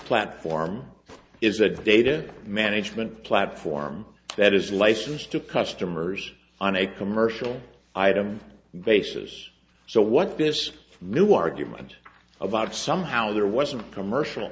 platform is a data management platform that is licensed to customers on a commercial item basis so what this new argument about somehow there wasn't commercial